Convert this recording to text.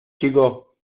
chico